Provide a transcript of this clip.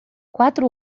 quatro